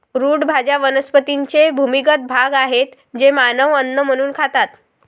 route भाज्या वनस्पतींचे भूमिगत भाग आहेत जे मानव अन्न म्हणून खातात